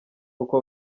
uko